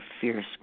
fierce